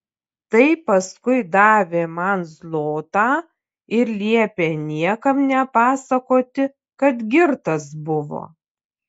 tai paskui davė man zlotą ir liepė niekam nepasakoti kad girtas buvo